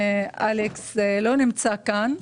אלכס קושניר לא נמצא כאן.